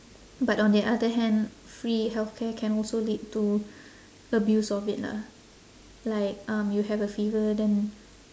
but on the other hand free healthcare can also lead to abuse of it lah like um you have a fever then